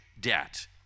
debt